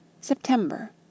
SEPTEMBER